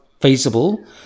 feasible